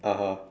(uh huh)